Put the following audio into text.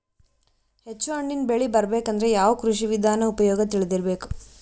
ಹೆಚ್ಚು ಹಣ್ಣನ್ನ ಬೆಳಿ ಬರಬೇಕು ಅಂದ್ರ ಯಾವ ಕೃಷಿ ವಿಧಾನ ಉಪಯೋಗ ತಿಳಿದಿರಬೇಕು?